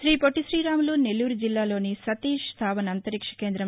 శీ పొట్టి శ్రీరాములు నెల్లూరు జిల్లాలోని సతీశ్ ధవన్ అంతరిక్ష కేంద్రం